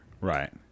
Right